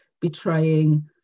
betraying